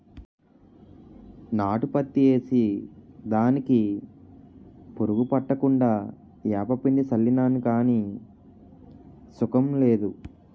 నాటు పత్తి ఏసి దానికి పురుగు పట్టకుండా ఏపపిండి సళ్ళినాను గాని సుకం లేదు